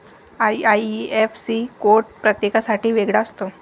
IIFC code प्रत्येकासाठी वेगळा असतो